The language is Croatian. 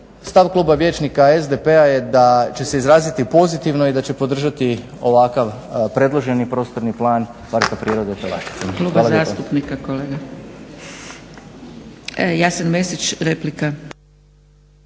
stav Kluba vijećnika SDP-a da će se izraziti pozitivno i da će podržati ovakav predloženi prostorni plan